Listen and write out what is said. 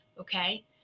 Okay